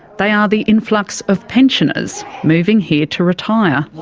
they are the influx of pensioners moving here to retire.